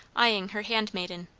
eying her handmaiden.